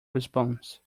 response